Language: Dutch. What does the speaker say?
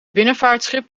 binnenvaartschip